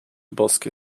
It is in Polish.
boskie